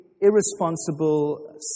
irresponsible